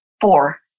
four